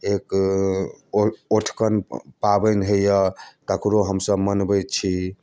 एक ओइ ओठकन पाबनि होइया तकरो हमसब मनबैत छी